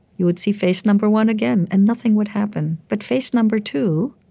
you would see face number one again, and nothing would happen. but face number two,